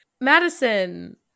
Madison